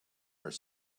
are